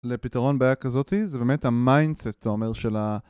לפתרון בעיה כזאתי זה באמת המיינדסט, אתה אומר, של ה...